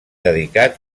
dedicat